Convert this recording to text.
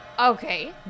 Okay